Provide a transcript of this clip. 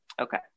Okay